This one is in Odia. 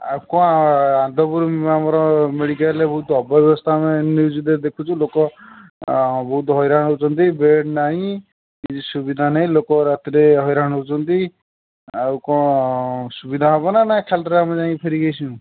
ଆଉ କଣ ଆନନ୍ଦପୁର ଆମର ମେଡ଼ିକାଲ୍ରେ ବହୁତ ଅବ୍ୟବସ୍ତା ଆମେ ନିୟୁଜେରେ ଦେଖୁଛୁ ଲୋକ ବହୁତ ହଇରାଣ ହେଉଛନ୍ତି ବେଡ଼୍ ନାହିଁ କିଛି ସୁବିଧା ନାହିଁ ଲୋକ ରାତିରେ ହଇରାଣ ହେଉଛନ୍ତି ଆଉ କ'ଣ ସୁବିଧା ହେବନା ନା ଖାଲିଟାରେ ଆମେ ଯାଇକି ଫେରିକି ଆସିବୁ